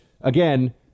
again